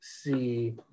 see